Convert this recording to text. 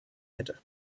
hätte